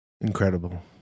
incredible